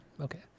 okay